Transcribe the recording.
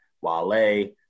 Wale